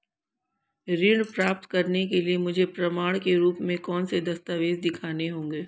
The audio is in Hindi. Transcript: ऋण प्राप्त करने के लिए मुझे प्रमाण के रूप में कौन से दस्तावेज़ दिखाने होंगे?